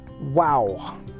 wow